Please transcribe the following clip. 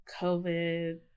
COVID